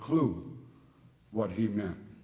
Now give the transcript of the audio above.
clue what he meant